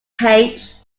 page